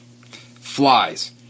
Flies